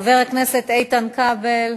חבר הכנסת איתן כבל,